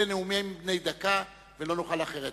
אלה נאומים בני דקה ולא נוכל אחרת.